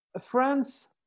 France